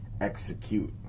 execute